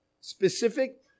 specific